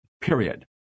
period